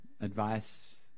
advice